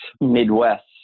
Midwest